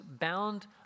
bound